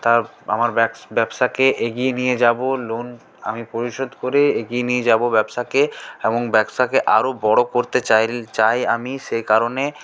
তা আমার ব্যবসা ব্যবসাকে এগিয়ে নিয়ে যাব লোন আমি পরিশোধ করে এগিয়ে নিয়ে যাব ব্যবসাকে এবং ব্যবসাকে আরো বড়ো করতে চাইল চাই আমি সেই কারণে